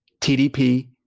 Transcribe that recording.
TDP